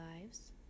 lives